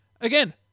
again